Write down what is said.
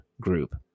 group